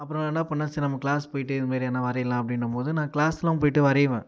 அப்புறம் என்ன பண்ணேன் சரி நம்ம கிளாஸ் போயிட்டு இது மாதிரி எதுனா வரையலாம் அப்படின்னும் போது நான் கிளாஸ்லாம் போயிட்டு வரைவேன்